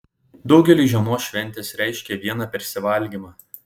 daugeliui žiemos šventės reiškia viena persivalgymą